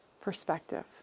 perspective